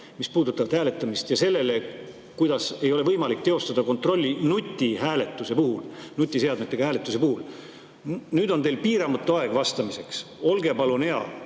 mis puudutavad hääletamist, ja sellele, et ei ole võimalik teostada kontrolli nutiseadmetega hääletuse puhul. Nüüd on teil piiramatu aeg vastamiseks. Olge palun hea,